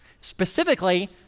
Specifically